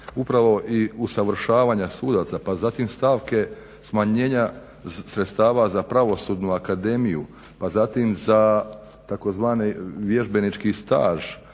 upravo i usavršavanja sudaca, pa zatim stavke smanjenja sredstava za Pravosudnu akademiju pa zatim za tzv. vježbenički staž